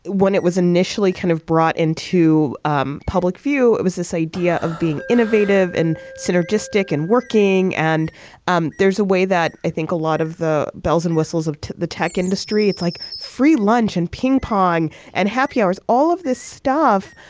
when it was initially kind of brought in to um public view, it was this idea of being innovative and synergistic and working, and um there's a way that i think a lot of the bells and whistles of the tech industry, it's like free lunch and ping pong and happy hours all of this stuff,